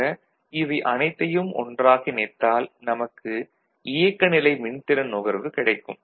ஆக இவை அனைத்தையும் ஒன்றாக இணைத்தால் நமக்கு இயக்கநிலை மின்திறன் நுகர்வு கிடைக்கும்